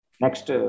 Next